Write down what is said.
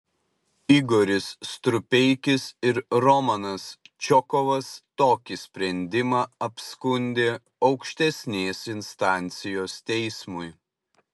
igoris strupeikis ir romanas čokovas tokį sprendimą apskundė aukštesnės instancijos teismui